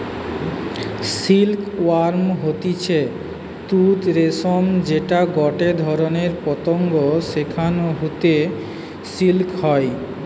silk worm হতিছে তুত রেশম যেটা গটে ধরণের পতঙ্গ যেখান হইতে সিল্ক হয়